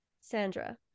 Sandra